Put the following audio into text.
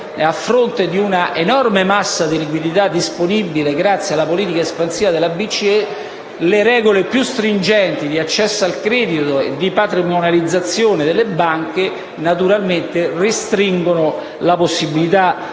a fronte di una enorme massa di liquidità disponibile grazie alla politica espansiva della BCE, le regole più stringenti di accesso al credito e di patrimonializzazione delle banche restringono la possibilità